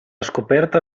scoperta